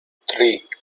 three